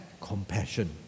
compassion